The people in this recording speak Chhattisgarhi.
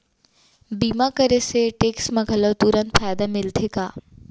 बीमा करे से टेक्स मा घलव तुरंत फायदा मिलथे का?